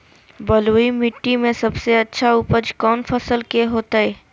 बलुई मिट्टी में सबसे अच्छा उपज कौन फसल के होतय?